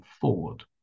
forward